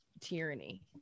tyranny